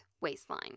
waistline